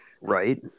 Right